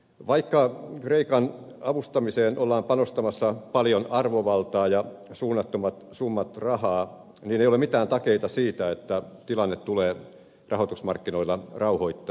vaikka kreikan avustamiseen ollaan panostamassa paljon arvovaltaa ja suunnattomat summat rahaa ei ole mitään takeita siitä että tilanne tulee rahoitusmarkkinoilla rauhoittumaan